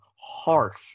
harsh